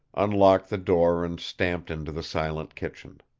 unlocked the door and stamped into the silent kitchen.